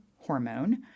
hormone